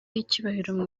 y’icyubahiro